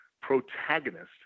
protagonist